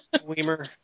Weimer